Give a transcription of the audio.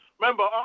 Remember